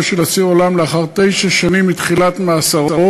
של אסיר עולם לאחר תשע שנים מתחילת מאסרו,